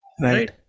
Right